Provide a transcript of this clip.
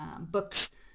books